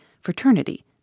fraternity